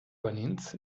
banintz